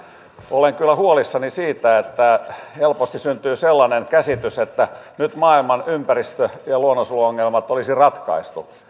olen kyllä huolissani siitä että helposti syntyy sellainen käsitys että nyt maailman ympäristö ja luonnonsuojeluongelmat olisi ratkaistu